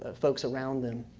ah folks around them.